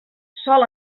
sol